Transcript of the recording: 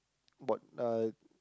what uh